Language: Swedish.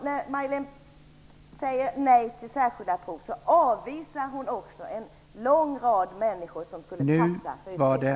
När Majléne Westerlund Panke säger nej till särskilda prov avvisar hon också en lång rad människor som skulle passa för en viss utbildning.